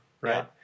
right